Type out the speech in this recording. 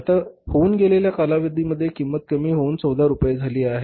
आता होऊन गेलेल्या कालावधी मध्ये किंमत कमी होऊन १४ रुपये झाली आहे